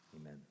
amen